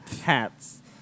Hats